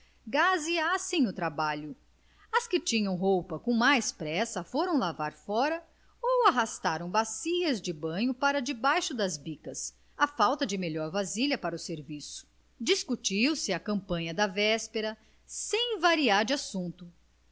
geral gazeassem o trabalho as que tinham roupa com mais pressa foram lavar fora ou arrastaram bacias de banho para debaixo das bicas à falta de melhor vasilha para o serviço discutiu se a campanha da véspera sem variar o assunto